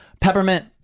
Peppermint